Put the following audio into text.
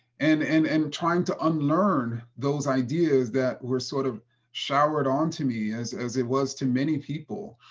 and and and trying to unlearn those ideas that were sort of showered onto me, as as it was too many people.